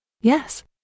Yes